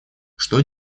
что